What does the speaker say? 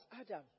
Adam